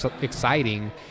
exciting